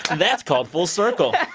that's called full circle